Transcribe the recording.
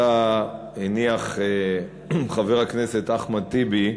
שהניח חבר הכנסת אחמד טיבי,